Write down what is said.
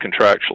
contractually